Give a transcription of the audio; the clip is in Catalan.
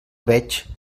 veig